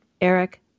Eric